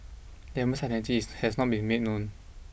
Lemon's identity has not been made known